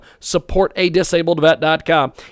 supportadisabledvet.com